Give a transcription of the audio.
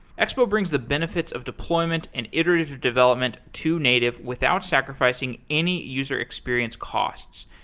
expo brings the benefits of deployment and iterative development to native without sacrificing any user experience costs.